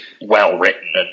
well-written